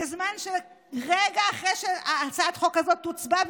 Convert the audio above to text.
בזמן שרגע אחרי שהצעת החוק הזאת תוצבע,